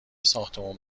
ساختمون